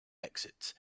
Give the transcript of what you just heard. exits